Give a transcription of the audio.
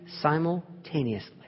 simultaneously